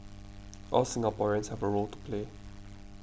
all Singaporeans have a role to play